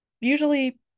usually